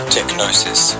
Technosis